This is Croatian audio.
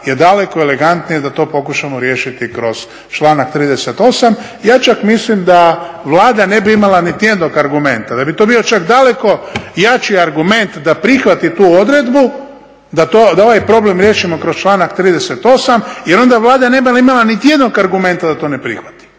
je daleko elegantnije da to pokušamo riješiti kroz članak 38. Ja čak mislim da Vlada ne bi imala niti jednog argumenta, da bi to bio čak daleko jači argument da prihvati tu odredbu, da ovaj problem riješimo kroz članak 38. Jer onda Vlada ne bi imala niti jednog argumenta da to ne prihvati,